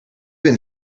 been